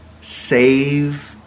save